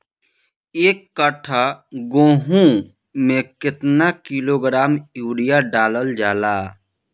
एक कट्टा गोहूँ में केतना किलोग्राम यूरिया डालल जाला?